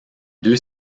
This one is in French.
deux